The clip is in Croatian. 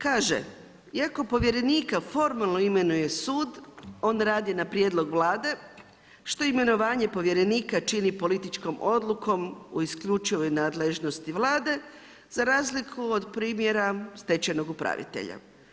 Kaže: iako povjerenika formalno imenuje sud, on radi na prijedlog Vlade, što imenovanje povjerenika čini političkom odlukom u isključivoj nadležnosti Vlade, za razliku od primjera stečajnog upravitelja.